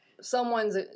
someone's